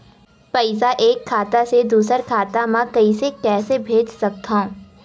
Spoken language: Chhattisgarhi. पईसा एक खाता से दुसर खाता मा कइसे कैसे भेज सकथव?